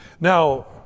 Now